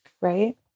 right